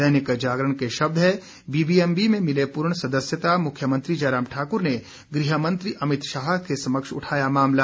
दैनिक जागरण के शब्द हैं बीबीएमबी में मिले पूर्ण सदस्यता मुख्यमंत्री जयराम ठाक्र ने गृह मंत्री अमित शाह के समक्ष उठाया मामला